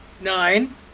nine